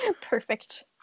perfect